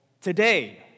today